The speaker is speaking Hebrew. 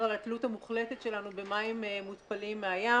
על התלות המוחלטת שלנו במים מותפלים מהים.